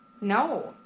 No